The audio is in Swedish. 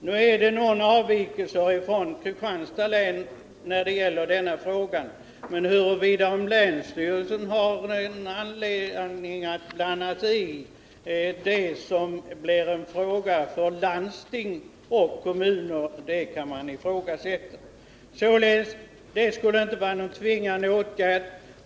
Nu finns en del avvikande meningar i Kristianstads län i denna fråga, men huruvida länsstyrelsen har anledning att blanda sig i något som blir en fråga för landsting och kommuner kan man ifrågasätta. Det skulle således inte vara någon tvingande bestämmelse.